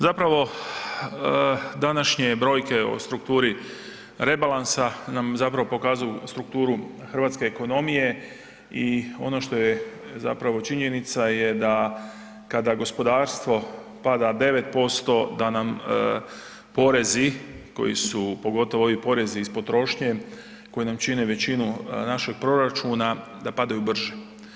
Zapravo današnje brojke o strukturi rebalansa nam zapravo pokazuju strukturu hrvatske ekonomije i ono što je zapravo činjenica je da kada gospodarstvo pada 9%, da nam porezi koji su, pogotovo ovi porezi iz potrošnje koji nam čine većinu našeg proračuna, da padaju brže.